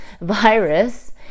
virus